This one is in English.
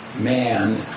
man